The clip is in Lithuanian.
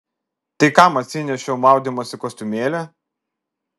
tai kam atsinešiau maudymosi kostiumėlį